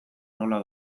nola